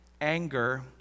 anger